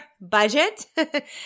budget